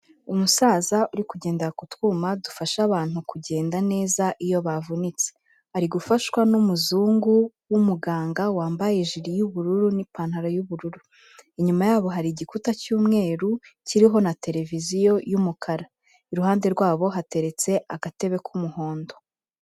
Umusaza uri kugendera ku twuma dufasha abantu kugenda neza iyo bavunitse. Ari gufashwa n'umuzungu w'umuganga wambaye ijiri y'ubururu n'ipantaro y'ubururu. Inyuma yabo hari igikuta cy'umweru kiriho na tereviziyo y'umukara. Iruhande rwabo hateretse agatebe k'umuhondo.